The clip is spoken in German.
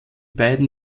beiden